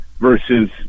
versus